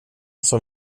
som